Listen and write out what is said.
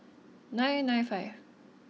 nine nine five